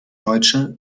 deutsche